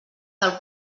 del